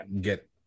get